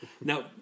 now